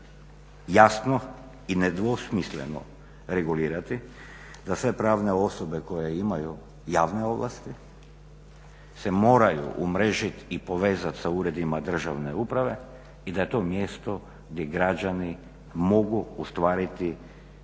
jasno i nedvosmisleno regulirati da sve pravne osobe koje imaju javne ovlasti se moraju umrežiti i povezati sa uredima državne uprave i da je to mjesto gdje građani mogu ostvariti